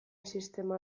sistema